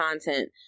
content